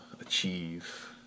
achieve